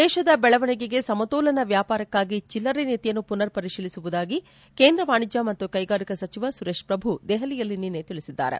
ದೇಶದ ಬೆಳವಣಿಗೆಗೆ ಸಮತೋಲನ ವ್ಯಾಪಾರಕ್ಕಾಗಿ ಚಿಲ್ಲರೆ ನೀತಿಯನ್ನು ಮನರ್ ಪರಿಶೀಲಿಸುವುದಾಗಿ ಕೇಂದ್ರ ವಾಣಿಜ್ಯ ಮತ್ತು ಕೈಗಾರಿಕಾ ಸಚಿವ ಸುರೇತ್ ಪ್ರಭು ದೆಹಲಿಯಲ್ಲಿ ನಿನ್ನೆ ತಿಳಿಸಿದ್ದಾರೆ